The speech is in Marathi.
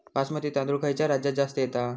बासमती तांदूळ खयच्या राज्यात जास्त येता?